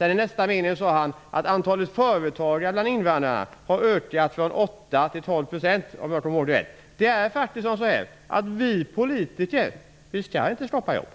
I nästa mening sade han att antalet företagare bland invandrarna har ökat från 8 till 12 %, om jag kommer ihåg det rätt. Det är faktiskt så att vi politiker inte skall skapa jobb.